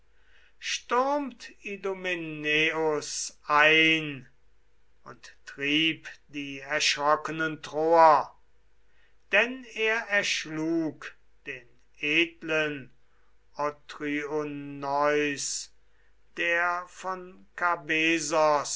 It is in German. stürmt idomeneus ein und trieb die erschrockenen troer denn er erschlug den edlen othryoneus der von